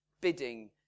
bidding